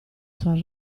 sua